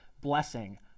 blessing